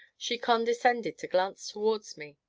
she condescended to glance towards me